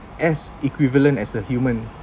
as equivalent as a human